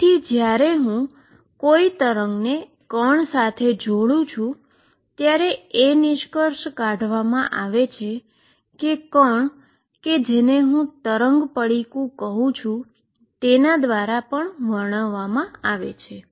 તેથી જ્યારે હું કોઈ વેવને એક પાર્ટીકલ સાથે જોડું છું ત્યારે એ નિષ્કર્ષ કાઢવા માટે પાર્ટીકલ કે જેને હું વેવ પેકેટ કહું છું તેના દ્વારા વર્ણવવામાં આવે છે